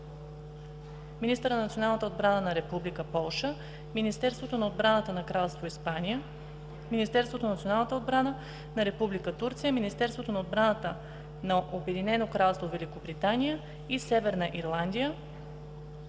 министъра на националната отбрана на Република Полша, Министерството на отбраната на Кралство Испания, Министерството на националната отбрана на Република Турция, Министерството на отбраната на Обединено кралство Великобритания и Северна Ирландия,